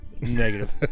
Negative